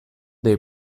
dei